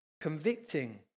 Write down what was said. convicting